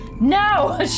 No